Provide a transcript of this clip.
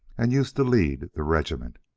and used to lead the regiment.